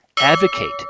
advocate